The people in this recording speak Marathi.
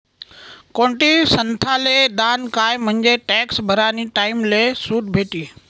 कोणती संस्थाले दान कयं म्हंजे टॅक्स भरानी टाईमले सुट भेटी